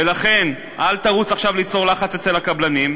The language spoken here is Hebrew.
ולכן אל תרוץ עכשיו ליצור לחץ אצל הקבלנים,